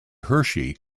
hershey